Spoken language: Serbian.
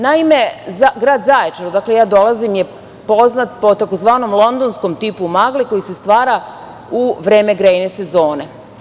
Naime, grad Zaječar odakle ja dolazim je poznat po tzv. londonskom tipu magle, koji se stvara u vreme grejne sezone.